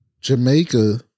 Jamaica